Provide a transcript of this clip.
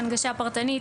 הנגשה פרטנית,